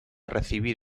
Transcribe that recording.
recibir